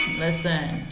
listen